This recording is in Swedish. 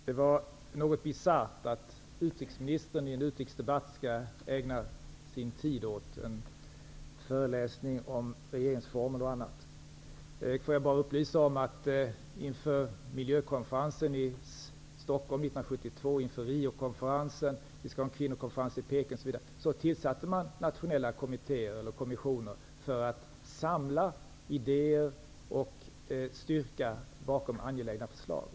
Fru talman! Det är något bisarrt att utrikesministern i en utrikesdebatt ägnar sin tid åt en föreläsning om regeringsformen. Jag vill bara upplysa om att inför miljökonferensen i Stockholm 1972, inför Riokonferensen, inför den kommande kvinnokonferensen i Peking osv. tillsatte man nationella kommittéer eller kommissioner för att samla idéer och styrka bakom angelägna förslag.